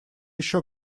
еще